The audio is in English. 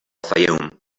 fayoum